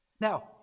Now